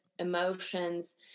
emotions